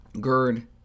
GERD